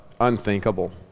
unthinkable